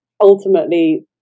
ultimately